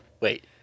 Wait